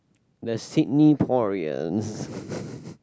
we are Sydney-poreans